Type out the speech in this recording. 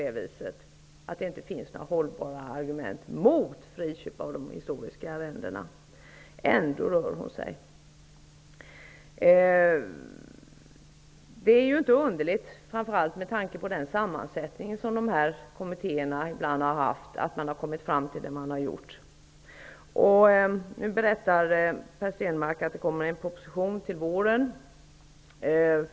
Ändå finns det inte några hållbara argument mot friköp av de historiska arrendena. Det är inte underligt att man har kommit fram till det man har gjort, framför allt inte med tanke på den sammansättning som dessa kommittéer ibland har haft. Per Stenmarck berättar nu att det kommer en proposition till våren.